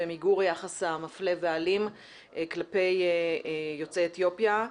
ומיגור היחס המפלה והאלים כלפי יוצאי אתיופיה,